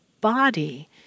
body